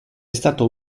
stato